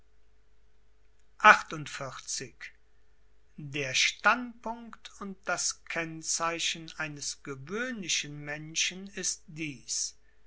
der standpunkt und das kennzeichen eines gewöhnlichen menschen ist dies